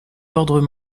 ordres